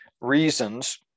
reasons